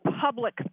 public